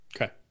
Okay